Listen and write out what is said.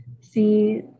see